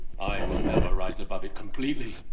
i will never rise above it completely.